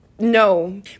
no